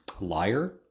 liar